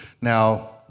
Now